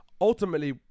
ultimately